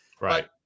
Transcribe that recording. Right